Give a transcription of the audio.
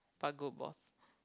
but good boss